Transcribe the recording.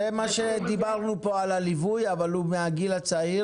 זה מה שדיברנו פה על הליווי, אבל הוא מהגיל הצעיר.